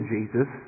Jesus